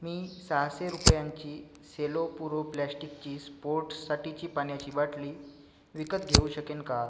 मी सहाशे रुपयांची सेलो पुरो प्लॅस्टिकची स्पोर्ट्ससाठीची पाण्याची बाटली विकत घेऊ शकेन का